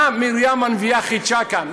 מה מרים הנביאה חידשה כאן?